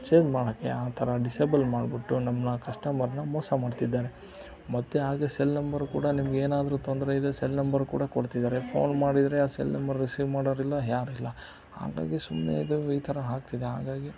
purchase ಮಾಡೋಕ್ಕೆ ಆ ಥರ ಡಿಸೇಬಲ್ ಮಾಡ್ಬಿಟ್ಟು ನಮ್ಮನ್ನ ಕಸ್ಟಮರನ್ನ ಮೋಸ ಮಾಡ್ತಿದ್ದಾರೆ ಮತ್ತು ಹಾಗೆ ಸೆಲ್ ನಂಬರ್ ಕೂಡ ನಿಮಗೇನಾದ್ರೂ ತೊಂದರೆ ಇದೆ ಸೆಲ್ ನಂಬರ್ ಕೂಡ ಕೊಡ್ತಿದ್ದಾರೆ ಫೋನ್ ಮಾಡಿದರೆ ಆ ಸೆಲ್ ನಂಬರ್ ರಿಸೀವ್ ಮಾಡೋರಿಲ್ಲ ಯಾರಿಲ್ಲ ಹಾಗಾಗಿ ಸುಮ್ಮನೆ ಇದು ಈ ಥರ ಆಗ್ತಿದೆ ಹಾಗಾಗಿ